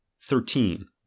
Thirteen